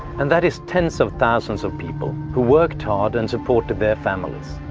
and that is tens of thousands of people who worked hard, and supported their families,